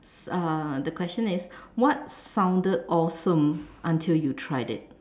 uh the question is what sounded awesome until you tried it